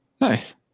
Nice